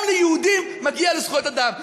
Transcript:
גם ליהודים מגיעות זכויות אדם.